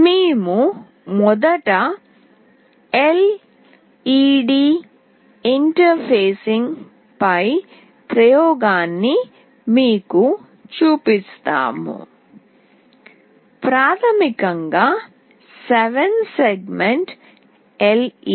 మేము మొదట LED interfacing పై ప్రయోగాన్ని మీకు చూపిస్తాము ప్రాథమికంగా 7 సెగ్మెంట్ LED